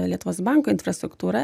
lietuvos banko infrastruktūrą